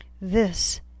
This